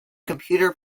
computer